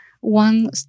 one